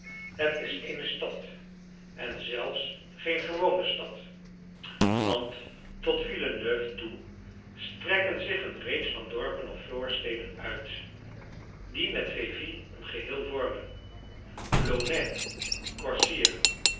het is eene stad en zelfs geen gewone stad want tot villeneuve toe strekken zich een reeks van dorpen of voorsteden uit die met vevey een geheel vormen